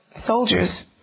soldiers